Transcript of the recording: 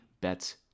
bets